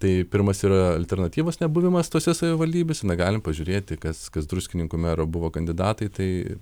tai pirmas yra alternatyvos nebuvimas tose savivaldybėse na galim pažiūrėti kas kas druskininkų mero buvo kandidatai tai